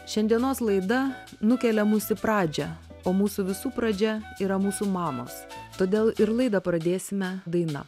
šiandienos laida nukelia mus į pradžią o mūsų visų pradžia yra mūsų mamos todėl ir laidą pradėsime daina